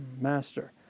master